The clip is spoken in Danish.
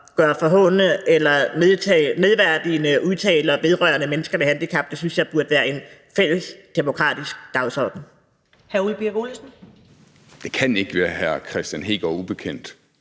med forhånende eller nedværdigende udtalelser vedrørende mennesker med handicap. Det synes jeg burde være en fælles demokratisk dagsorden.